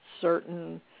certain